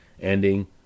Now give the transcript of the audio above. ending